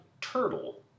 Turtle